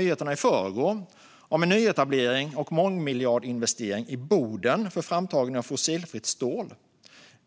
nyheterna i förrgår kunde vi notera en nyetablering och mångmiljardinvestering i Boden för framtagning av fossilfritt stål.